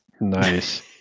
nice